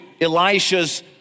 Elisha's